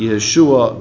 Yeshua